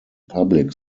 public